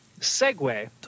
segue